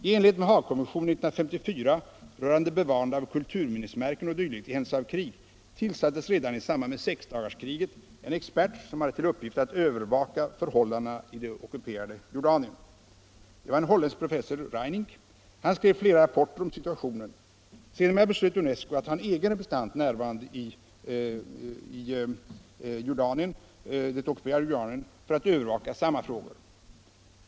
I enlighet med Haagkonventionen 1954 rörande bevarande av kulturminnesmärken o. d. i händelse av krig tillsattes redan i samband med sexdagarskriget en expert som hade till uppgift att övervaka förhållandena i det ockuperade Jordanien. Det var en holländsk professor Reinink. Han skrev flera rapporter om situationen. Sedermera beslöt UNESCO att ha en egen representant närvarande i det ockuperade Jordanien för att övervaka samma frågor.